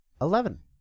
Eleven